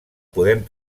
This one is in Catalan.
podem